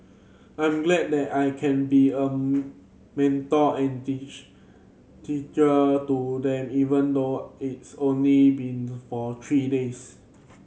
I'm glad that I can be a mentor and teacher to them even though it's only been for three days